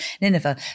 Nineveh